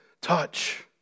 touch